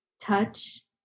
touch